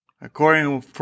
according